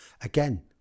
again